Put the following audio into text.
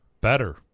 Better